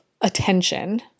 attention